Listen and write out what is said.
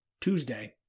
Tuesday